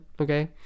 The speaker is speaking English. okay